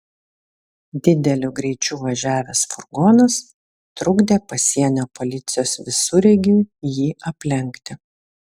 dideliu greičiu važiavęs furgonas trukdė pasienio policijos visureigiui jį aplenkti